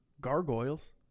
Gargoyles